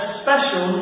special